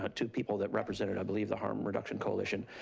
ah two people that represented i believe the harm reduction coalition,